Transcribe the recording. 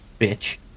Bitch